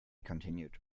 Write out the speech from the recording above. continued